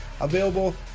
available